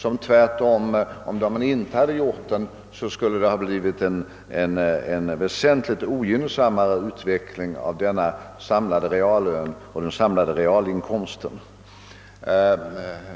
Om devalveringen inte hade gjorts skulle det i stället ha blivit en väsentligt ogynnsammare utveckling av den samlade reallönen och den samlade realinkomsten.